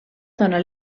dóna